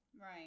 Right